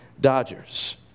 Dodgers